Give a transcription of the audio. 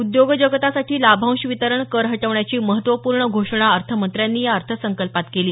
उद्योग जगतासाठी लाभांश वितरण कर हटवण्याची महत्त्वपूर्ण घोषणा अर्थमंत्र्यांनी या अर्थसंकल्पात केली